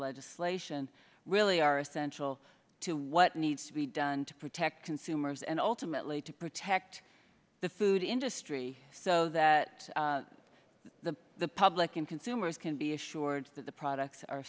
legislation really are essential to what needs to be done to protect consumers and ultimately to protect the food industry so that the the public and consumers can be assured that the products are